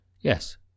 yes